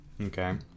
okay